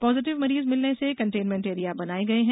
positive मरीज मिलने से कंटेनमेंट एरिया बनाए गए हैं